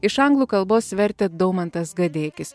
iš anglų kalbos vertė daumantas gadeikis